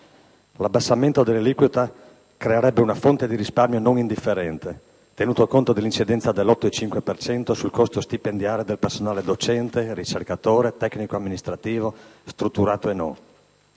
L'abbassamento dell'aliquota creerebbe una fonte di risparmio non indifferente, tenuto conto dell'incidenza dell'8,5 per cento sul costo stipendiale del personale docente, ricercatore e tecnico amministrativo, strutturato e non.